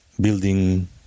building